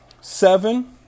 seven